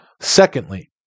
Secondly